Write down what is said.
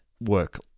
work